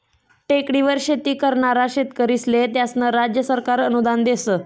टेकडीवर शेती करनारा शेतकरीस्ले त्यास्नं राज्य सरकार अनुदान देस